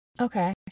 Okay